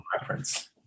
reference